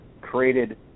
Created